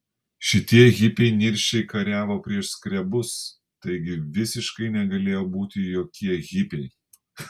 šitie hipiai niršiai kariavo prieš skrebus taigi visiškai negalėjo būti jokie hipiai